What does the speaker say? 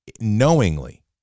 knowingly